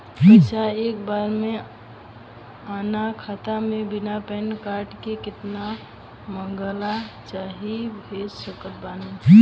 पैसा एक बार मे आना खाता मे बिना पैन कार्ड के केतना मँगवा चाहे भेज सकत बानी?